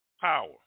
power